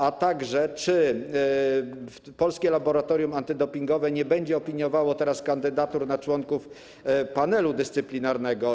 A także czy Polskie Laboratorium Antydopingowe nie będzie opiniowało teraz kandydatur na członków Panelu Dyscyplinarnego?